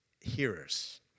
hearers